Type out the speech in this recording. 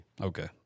Okay